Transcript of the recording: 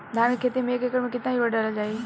धान के खेती में एक एकड़ में केतना यूरिया डालल जाई?